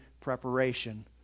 preparation